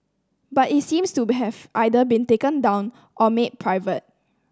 but it seems to be have either been taken down or made private